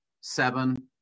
seven